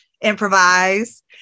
improvise